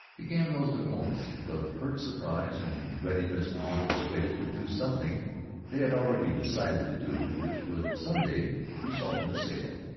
began those diplomacies of hurt surprise and readiness to be persuaded to do something they had already decided to do, which would some day result in a sale.